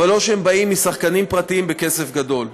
אבל לא כשהם באים משחקנים פרטיים בכסף גדול.